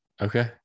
Okay